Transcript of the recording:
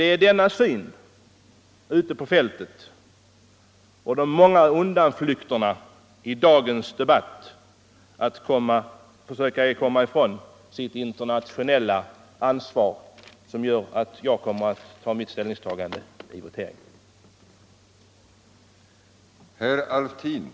Det är de faktiska förhållandena ute i världen som, tillsammans med de många undanflykterna i dagens debatt när det gällt att försöka komma ifrån det internationella ansvaret, avgör mitt ställningstagande vid den kommande voteringen.